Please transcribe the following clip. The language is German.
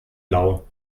lau